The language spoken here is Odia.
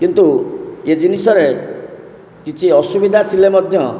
କିନ୍ତୁ ଏ ଜିନିଷରେ କିଛି ଅସୁବିଧା ଥିଲେ ମଧ୍ୟ